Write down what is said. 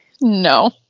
No